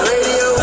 Radio